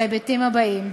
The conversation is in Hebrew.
בהיבטים האלה: